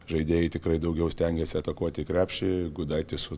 žaidėjai tikrai daugiau stengiasi atakuoti krepšį gudaitis su